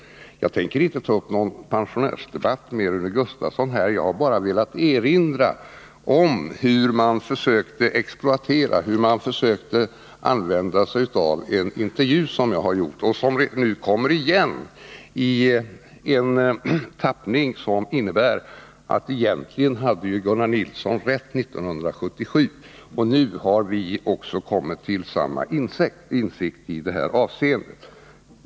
Jag tänker inte ta upp någon pensionärsdebatt med Rune Gustavsson här. Jag har bara velat erinra om hur man försökte exploatera en intervju som jag har gjort. Den kommer nu igen i en tappning som egentligen innebär att jag hade rätt 1977. Nu har vi alltså kommit till samma insikt i det här avseendet.